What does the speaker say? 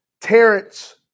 Terrence